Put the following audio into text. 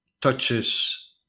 touches